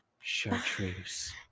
Chartreuse